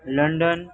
London